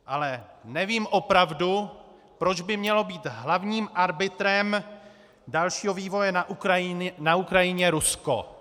Ale nevím opravdu, proč by mělo být hlavním arbitrem dalšího vývoje na Ukrajině Rusko.